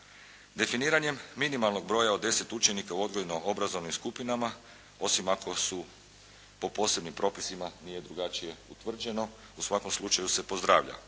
Definiranjem minimalnog broja od 10 učenika u odgojno obrazovnim skupinama osim ako su po posebnim propisima nije drugačije utvrđeno u svakom slučaju se pozdravlja.